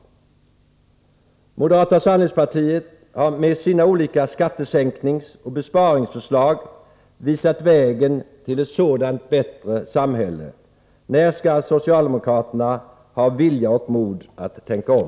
Moderata samlingspartiet har med sina olika skattesänkningsoch besparingsförslag visat vägen till ett sådant bättre samhälle. När skall socialdemokraterna ha vilja och mod att tänka om?